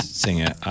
singer